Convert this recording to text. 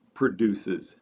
produces